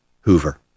Hoover